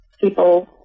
people